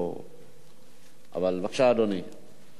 בבקשה, אדוני.